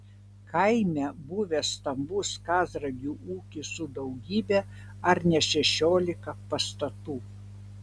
kaime buvęs stambus kazragių ūkis su daugybe ar ne šešiolika pastatų